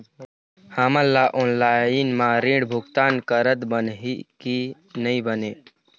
हमन ला ऑनलाइन म ऋण भुगतान करत बनही की नई बने?